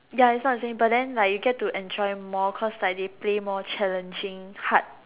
ya it's not the same but then like you get to enjoy more cause like they play more challenging hard